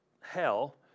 hell